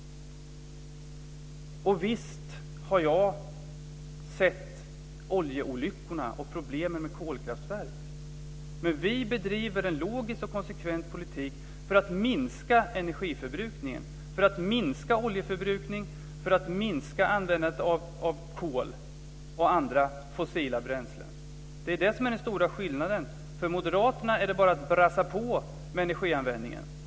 Visst har jag sett oljeolyckorna och problemet med kolkraftverk. Men vi bedriver en logisk och konsekvent politik för att minska energiförbrukningen, för att minska oljeförbrukningen och för att minska användandet av kol och andra fossila bränslen. Det är det som är den stora skillnaden. För moderaterna är det bara att brassa på med energianvändningen.